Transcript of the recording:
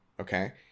okay